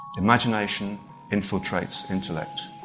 imagination infiltrates intellect,